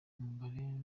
umubare